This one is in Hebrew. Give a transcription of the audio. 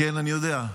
כן, אני יודע.